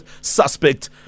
suspect